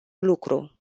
lucru